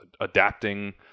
adapting